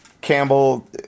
Campbell